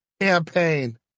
campaign